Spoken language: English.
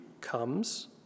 comes